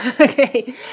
Okay